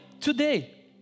today